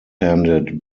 handed